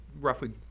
roughly